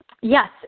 Yes